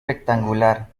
rectangular